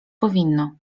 powinno